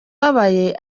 ababaye